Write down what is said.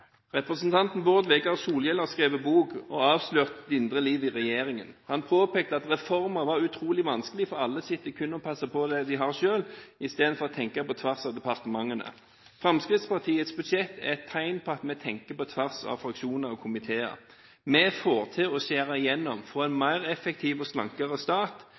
Representanten Bård Vegar Solhjell har skrevet bok og avslørt det indre liv i regjeringen. Han påpekte at reformer var utrolig vanskelig, fordi alle sitter kun og passer på det de har selv, istedenfor å tenke på tvers av departementene. Fremskrittspartiets budsjett er et tegn på at vi tenker på tvers av fraksjoner og komiteer. Vi får til å skjære gjennom for å få en mer effektiv og slankere stat